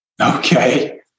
Okay